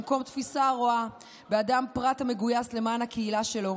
במקום תפיסה הרואה באדם פרט המגויס למען הקהילה שלו,